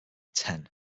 ten